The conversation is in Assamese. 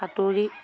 সাঁতুৰি